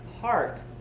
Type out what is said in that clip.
heart